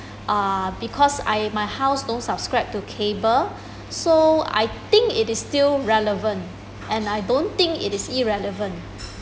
uh because I my house don't subscribe to cable so I think it is still relevant and I don't think it is irrelevant